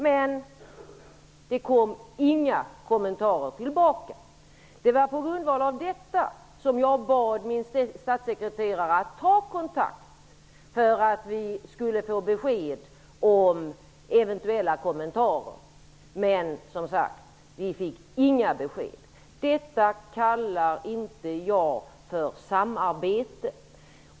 Men vi fick inga kommentarer. På grundval av detta bad jag min statssekreterare att ta kontakt, för att få besked om eventuella kommentarer. Men vi fick, som sagt, inga besked. Detta kallar inte jag för samarbete.